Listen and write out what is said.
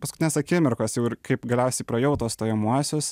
paskutinės akimirkos jau ir kaip galiausiai praėjau tuos stojamuosius